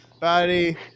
buddy